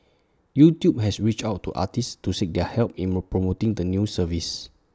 YouTube has reached out to artists to seek their help in more promoting the new service